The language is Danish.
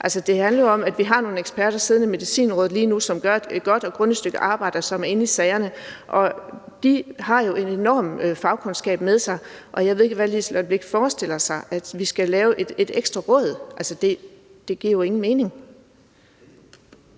det handler jo om, at vi har nogle eksperter siddende i Medicinrådet lige nu, som gør et godt og grundigt stykke arbejde, og som er inde i sagerne. Og de har jo en enorm fagkundskab med sig. Jeg ved ikke, hvad Liselott Blixt forestiller sig – at vi skal lave et ekstra råd? Altså, det giver jo ingen mening.